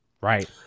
right